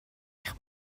eich